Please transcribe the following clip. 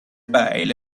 pile